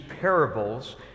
parables